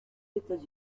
états